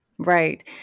Right